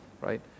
right